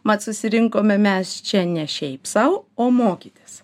mat susirinkome mes čia ne šiaip sau o mokytis